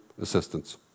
Assistance